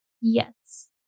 Yes